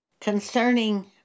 Concerning